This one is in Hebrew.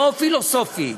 לא פילוסופיים,